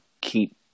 keep